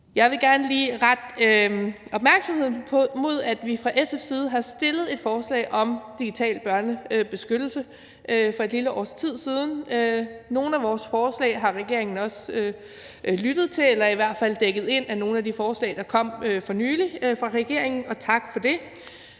Jeg vil gerne lige rette opmærksomheden mod, at vi fra SF's side har fremsat et forslag om digital børnebeskyttelse for et lille års tid siden. Nogle af vores forslag har regeringen også lyttet til – eller de er i hvert fald blevet dækket ind af nogle af de forslag, der kom for nylig fra regeringen, og tak for det.